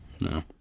No